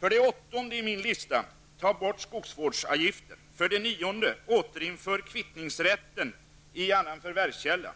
För det åttonde i min lista: Ta bort skogsvårdsavgiften! För det nionde: Återinför kvittningsrätten i annan förvärvskälla!